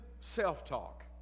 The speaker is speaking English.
self-talk